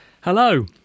Hello